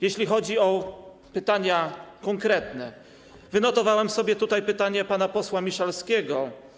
Jeśli chodzi o pytania konkretne, wynotowałem sobie pytanie pana posła Miszalskiego.